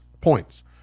points